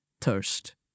thirst